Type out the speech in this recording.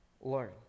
learn